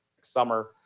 summer